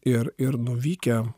ir ir nuvykę